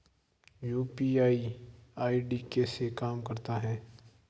UPI ID कैसे काम करता है?